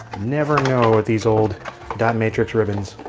never know with these old dot-matrix ribbons.